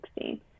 16